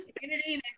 community